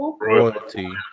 Royalty